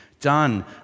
done